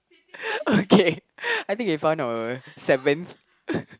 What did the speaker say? okay I think we found our seventh